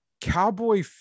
cowboy